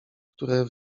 które